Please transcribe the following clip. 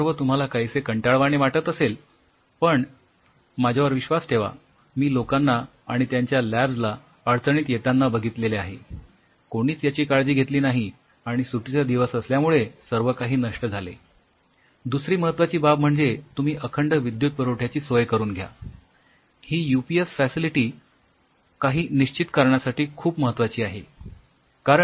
हे सर्व तुम्हाला काहीसे काही निश्चित कारणासाठी खूप महत्वाची आहे